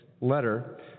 letter